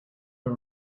but